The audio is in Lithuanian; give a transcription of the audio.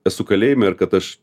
esu kalėjime ir kad aš